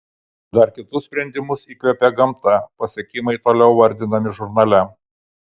dar kitus sprendimus įkvėpė gamta pasiekimai toliau vardinami žurnale